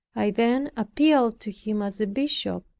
i then appealed to him, as a bishop,